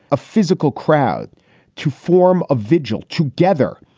a physical crowd to form a vigil together,